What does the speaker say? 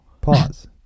pause